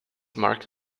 marked